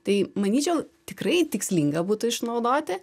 tai manyčiau tikrai tikslinga būtų išnaudoti